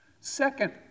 Second